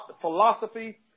philosophy